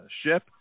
ship